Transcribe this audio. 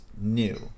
new